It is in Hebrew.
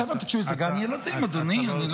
חבר'ה, תקשיבו, זה גן ילדים, אדוני.